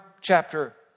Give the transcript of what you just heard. chapter